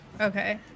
Okay